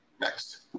Next